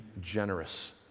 generous